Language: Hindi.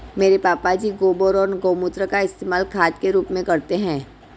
मेरे पापा जी गोबर और गोमूत्र का इस्तेमाल खाद के रूप में करते हैं